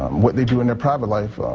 um what they do in a private life